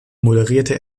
moderierte